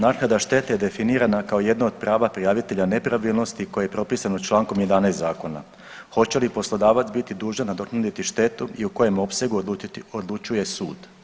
Naknada štete je definirana kao jedna od prava prijavitelja nepravilnosti koje je propisano čl. 11. zakona, hoće li poslodavac biti dužan nadoknaditi štetu i u kojem opsegu odlučuje sud.